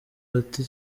bati